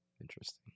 Interesting